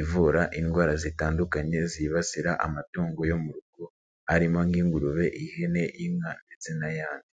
ivura indwara zitandukanye zibasira amatungo yo mu rugo, arimo nk'ingurube, ihene, inka ndetse n'ayandi.